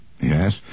Yes